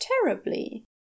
terribly